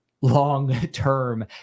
long-term